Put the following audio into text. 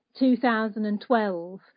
2012